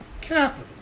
capital